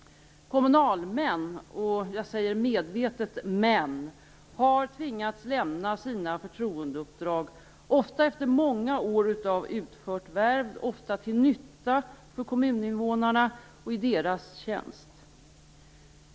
Kommunalmän - jag säger medvetet män - har tvingats lämna sina förtroendeuppdrag, ofta efter många år av utfört värv, ofta till nytta för kommuninvånarna och i deras tjänst.